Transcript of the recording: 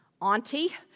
auntie